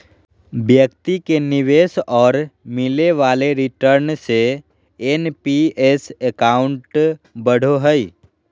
व्यक्ति के निवेश और मिले वाले रिटर्न से एन.पी.एस अकाउंट बढ़ो हइ